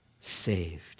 saved